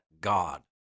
God